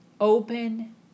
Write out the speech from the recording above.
Open